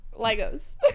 Legos